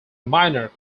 minor